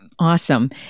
Awesome